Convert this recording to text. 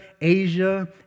Asia